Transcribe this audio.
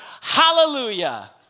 hallelujah